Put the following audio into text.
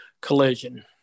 collision